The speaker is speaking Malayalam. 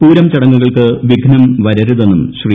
പൂരം ചടങ്ങുകൾക്ക് വിഘ്നം വരരുതെന്നും ശ്രീ